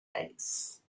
place